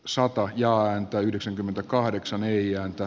sota ohjaa häntä yhdeksänkymmentäkahdeksan ei ääntä